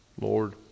Lord